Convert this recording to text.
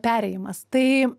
perėjimas tai